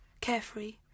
Carefree